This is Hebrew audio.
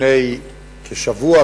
לפני כשבוע,